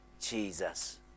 Jesus